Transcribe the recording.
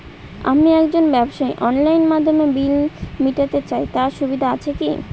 আমি একজন ব্যবসায়ী অনলাইনে বিল মিটাতে চাই তার সুবিধা আছে কি?